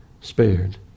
spared